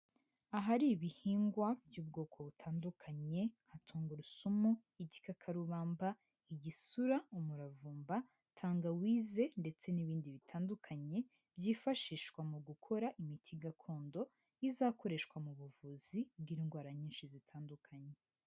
Ahari ibihingwa by'ubwoko butandukanye nka tungurusumu, gikakarubamba, igisura, umuravumba, tangawize ndetse n'ibindi bitandukanye byifashishwa mu gukora imiti gakondo izakoreshwa mu buvuzi bw'indwara nyinshi zitandukanye.